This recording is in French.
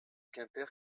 quimper